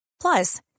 Plus